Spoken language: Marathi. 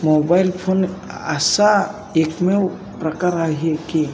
मोबाइल फोन असा एकमेव प्रकार आहे की